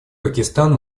пакистан